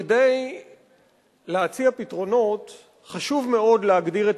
כדי להציע פתרונות חשוב מאוד להגדיר את